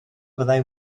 fyddai